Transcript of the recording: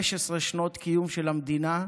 15 שנות קיום של המדינה,